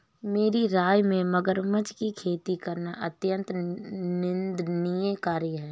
मेरी राय में मगरमच्छ की खेती करना अत्यंत निंदनीय कार्य है